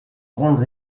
grande